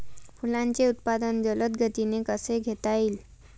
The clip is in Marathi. फुलांचे उत्पादन जलद गतीने कसे घेता येईल?